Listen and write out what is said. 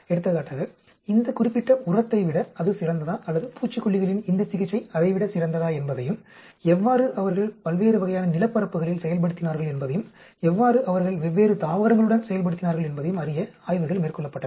எடுத்துக்காட்டாக இந்த குறிப்பிட்ட உரத்தை விட அது சிறந்ததா அல்லது பூச்சிக்கொல்லிகளின் இந்த சிகிச்சை அதைவிட சிறந்ததா என்பதையும் எவ்வாறு அவர்கள் பல்வேறு வகையான நிலப்பரப்புகளில் செயல்படுத்தினார்கள் என்பதையும் எவ்வாறு அவர்கள் வெவ்வேறு தாவரங்களுடன் செயல்படுத்தினார்கள் என்பதையும் அறிய ஆய்வுகள் மேற்கொள்ளப்பட்டன